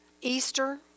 Easter